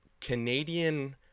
Canadian